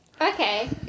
Okay